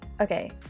Okay